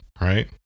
right